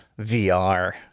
VR